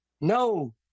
No